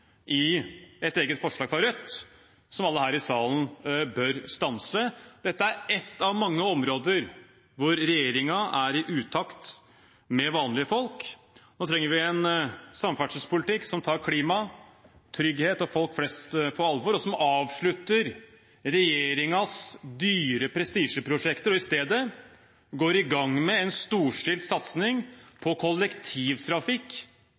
eget forslag fra Rødt, som alle her i salen bør stemme for. Dette er ett av mange områder der regjeringen er i utakt med vanlige folk. Nå trenger vi en samferdselspolitikk som tar klima, trygghet og folk flest på alvor, som avslutter regjeringens dyre prestisjeprosjekter og i stedet går i gang med en storstilt satsing